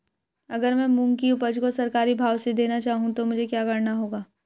अगर मैं मूंग की उपज को सरकारी भाव से देना चाहूँ तो मुझे क्या करना होगा?